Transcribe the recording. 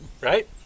Right